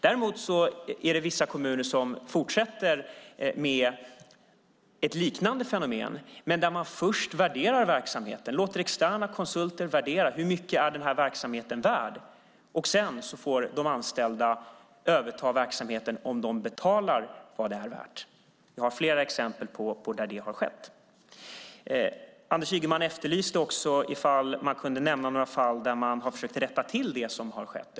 Däremot fortsätter vissa kommuner med ett liknande fenomen, men först värderar man verksamheten. Man låter externa konsulter värdera hur mycket verksamheten är värd. Sedan får de anställda överta verksamheten om de betalar vad den är värd. Jag har flera exempel på där det har skett. Anders Ygeman efterlyste också fall där man försökt rätta till det som skett.